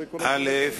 א.